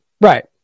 Right